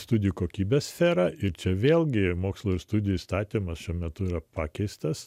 studijų kokybę sferą ir čia vėlgi mokslo ir studijų įstatymas šiuo metu yra pakeistas